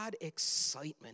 excitement